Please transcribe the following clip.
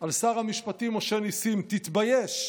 על שר המשפטים משה נסים: תתבייש,